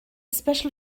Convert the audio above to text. special